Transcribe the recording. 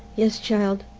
yes, child,